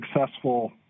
successful